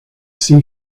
see